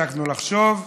הפסקנו לחשוב,